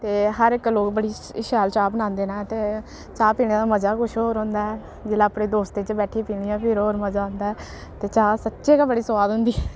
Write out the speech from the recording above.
ते हर इक लोक बड़ी शैल चाह् बनांदे न ते चाह् पीने दा मजा गै कुछ होर होंदा ऐ जिल्लै अपने दोस्तें च बैट्ठियै पीनी आं ते फिर होर मजा औंदा ऐ ते चाह् सच्चे गै बड़ी सोआद होंदी